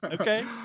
Okay